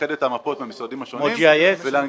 לאחד את המפות במשרדים השונים ולהנגיש.